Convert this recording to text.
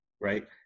right